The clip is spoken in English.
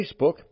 Facebook